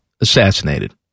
assassinated